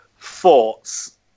thoughts